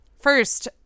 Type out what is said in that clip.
First